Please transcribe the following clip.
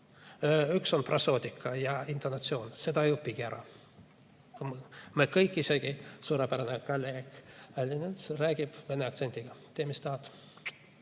Üks on prosoodika ja intonatsioon, seda ei õpigi ära. Isegi suurepärane kolleeg Odinets räägib vene aktsendiga – tee, mis tahad.